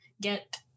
get